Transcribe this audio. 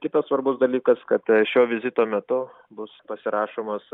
kitas svarbus dalykas kad šio vizito metu bus pasirašomas